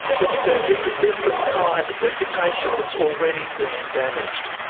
but says it's a different kind of reputation that's already been damaged.